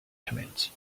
commands